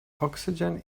oxygen